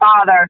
father